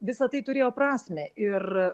visa tai turėjo prasmę ir